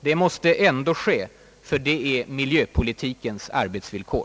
Det måste ändå ske, ty det är ofta miljöpolitikens arbetsvillkor.